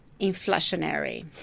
inflationary